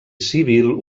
civil